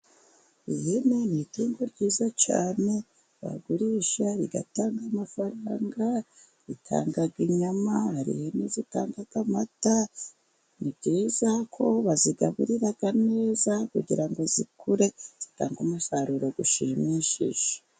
Ihene ni itungo ryiza cyane, bagurisha rigatanga amafaranga, ritanga inyama, hari nizitanga amata, ni byiza ko bazigaburira neza kugira ngo zikure, zitanga umusaruro ushimishije